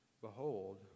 Behold